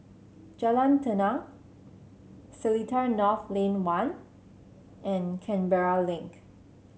Jalan Tenang Seletar North Lane One and Canberra Link